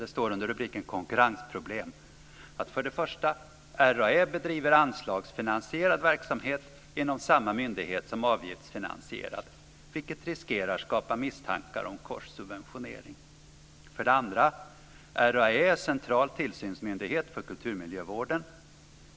Det står under rubriken "Konkurrensproblem" att RAÄ för det första bedriver anslagsfinansierad verksamhet inom samma myndighet som avgiftsfinansierad, vilket riskerar skapa misstankar om korssubventionering. För det andra är RAÄ central tillsynsmyndighet för kulturmiljövården.